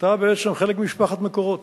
אתה בעצם חלק ממשפחת "מקורות",